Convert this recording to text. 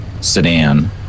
sedan